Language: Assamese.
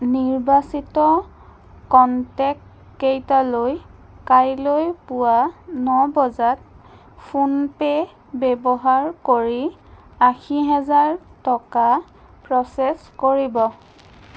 নিৰ্বাচিত কণ্টেক্টকেইটালৈ কাইলৈ পুৱা ন বজাত ফোনপে' ব্যৱহাৰ কৰি আশী হাজাৰ টকা প্ৰ'চেছ কৰিব